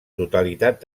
totalitat